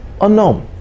Unknown